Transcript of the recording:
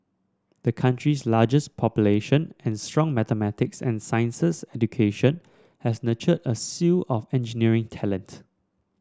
the country's largest population and strong mathematics and sciences education has nurtured a slew of engineering talent